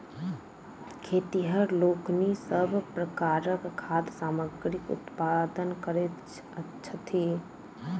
खेतिहर लोकनि सभ प्रकारक खाद्य सामग्रीक उत्पादन करैत छथि